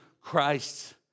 Christ